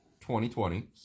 2020